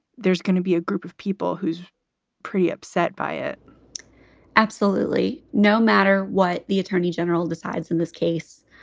there's going to be a group of people who's pretty upset by it absolutely. no matter what the attorney general decides in this case,